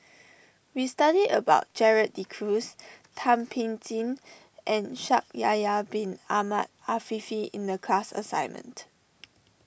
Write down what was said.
we studied about Gerald De Cruz Thum Ping Tjin and Shaikh Yahya Bin Ahmed Afifi in the class assignment